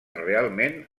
realment